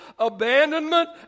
Abandonment